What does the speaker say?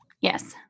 Yes